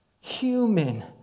human